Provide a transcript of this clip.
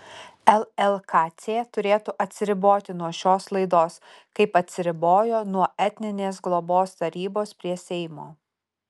llkc turėtų atsiriboti nuo šios laidos kaip atsiribojo nuo etninės globos tarybos prie seimo